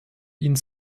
ihnen